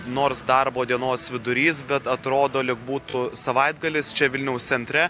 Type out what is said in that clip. nors darbo dienos vidurys bet atrodo lyg būtų savaitgalis čia vilniaus centre